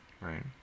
right